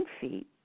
feet